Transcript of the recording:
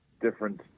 different